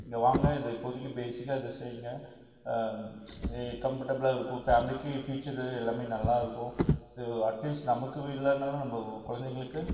இங்கே வாங்க இது இப்போதைக்கு பேஸிக்காக இதை செய்யுங்க கம்படபுளாகருக்கும் ஃபேம்லிக்கு பீச்சரு எல்லாமே நல்லாயிருக்கும் அட்லீஸ்ட்டு நமக்கு இல்லைன்னாலும் நம்ம குழந்தைங்களுக்கு